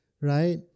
right